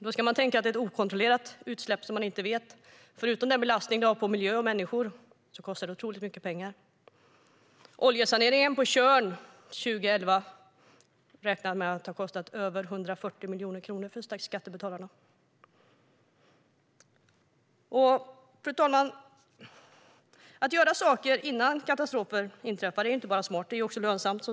Det ska jämföras med vad ett okontrollerat oljeutsläpp kostar, förutom den belastning som oljan har på miljö och människor. Det kostar otroligt mycket pengar. Oljesaneringen på Tjörn, 2011, kostade över 140 miljoner kronor för skattebetalarna. Fru talman! Att göra saker innan katastrofer inträffar är inte bara smart; det är också lönsamt.